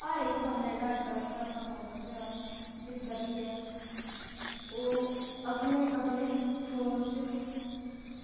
हर इक बंदा जेह्ड़ा अज्जकल अपना अपना फोन रक्खे दा जिस करियै ओह् अपने अपने फोन च